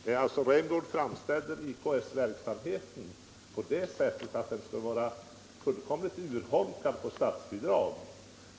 Herr talman! Herr Rämgård framställde IKS-verksamheten så att den skulle vara fullkomligt urholkad i fråga om statsbidrag.